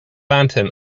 lantern